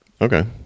okay